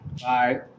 Bye